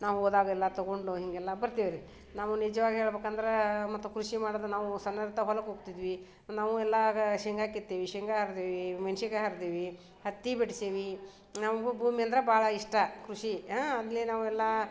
ನಾವು ಹೋದಾಗೆಲ್ಲ ತಗೊಂಡು ಹೀಗೆಲ್ಲ ಬರ್ತೀವ್ರಿ ನಾವು ನಿಜ್ವಾಗಿ ಹೇಳ್ಬೇಕಂದ್ರೆ ಮತ್ತು ಕೃಷಿ ಮಾಡೋದು ನಾವು ಸಣ್ಣವ್ರು ಇದ್ದಾಗ ಹೊಲಕ್ಕೆ ಹೋಗ್ತಿದ್ವಿ ನಾವೂ ಎಲ್ಲ ಶೇಂಗಾ ಕಿತ್ತೀವಿ ಶೇಂಗಾ ಹರಿದೀವಿ ಮೆಣಸಿನ್ಕಾಯಿ ಹರಿದೀವಿ ಹತ್ತಿ ಬಿಡಿಸೀವಿ ನಮ್ಗೂ ಭೂಮಿ ಅಂದ್ರೆ ಭಾಳ ಇಷ್ಟ ಕೃಷಿ ಆಗಲೇ ನಾವೆಲ್ಲ